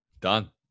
Done